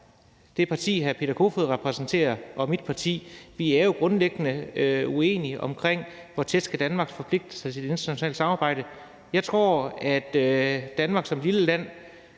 det parti, hr. Peter Kofod repræsenterer, og mit parti grundlæggende uenige om, hvor tæt danmark skal forpligte sig i det internationale samarbejde. Jeg tror, at Danmark som et lille land